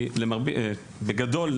בגדול,